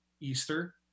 Easter